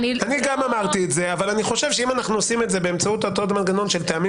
אני חושב שאם אנחנו עושים את זה באמצעות מנגנון של טעמים